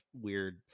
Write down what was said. weird